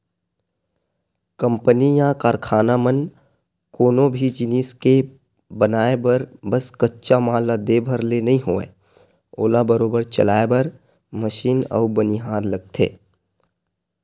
company या कारखाना म कोनो भी जिनिस के बनाय बर बस कच्चा माल ला दे भर ले नइ होवय ओला बरोबर चलाय बर मसीन अउ बनिहार लगथे